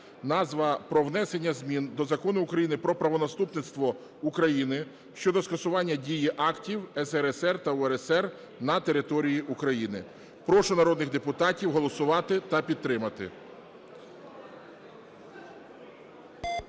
назва, про внесення змін до Закону України "Про правонаступництво України" щодо скасування дії актів СРСР та УРСР на території України. Прошу народних депутатів голосувати та підтримати.